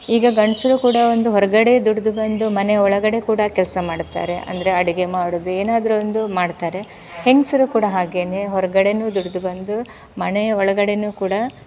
ಈಗ ಗಂಡಸ್ರು ಕೂಡ ಒಂದು ಹೊರಗಡೆ ದುಡ್ದು ಬಂದು ಮನೆ ಒಳಗಡೆ ಕೂಡ ಕೆಲಸ ಮಾಡ್ತಾರೆ ಅಂದರೆ ಅಡುಗೆ ಮಾಡೋದು ಏನಾದರು ಒಂದು ಮಾಡ್ತಾರೆ ಹೆಂಗಸ್ರು ಕೂಡ ಹಾಗೇ ಹೊರ್ಗಡೆ ದುಡ್ದು ಬಂದು ಮನೆಯ ಒಳಗಡೆ ಕೂಡ